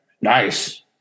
Nice